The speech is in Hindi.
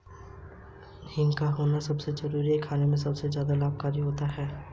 एंजेलन सैडलबैक नामक सूअर जर्मनी में पाया जाता है यह सफेद और काला दो रंगों में होता है